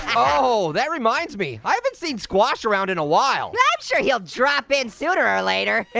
oh, that reminds me, i haven't seen squash around in a while. i'm sure he'll drop in sooner or later. and